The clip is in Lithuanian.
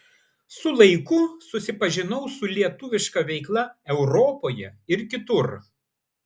su laiku susipažinau su lietuviška veikla europoje ir kitur